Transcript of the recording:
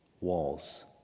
walls